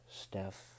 Steph